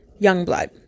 Youngblood